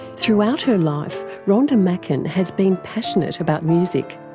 throughout her life rhonda macken has been passionate about music.